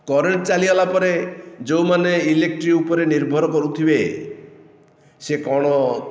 current ଚାଲିଗଲା ପରେ ଯେଉଁମାନେ ଇଲେକ୍ଟ୍ରି ଉପରେ ନିର୍ଭର କରୁଥିବେ ସିଏ କଣ